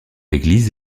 église